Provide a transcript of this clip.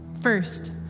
First